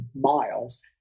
miles